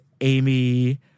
Amy